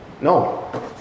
No